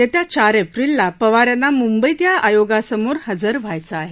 येत्या चार एप्रिलला पवार यांना मुंबईत या आयोगासमोर हजर व्हायचं आहे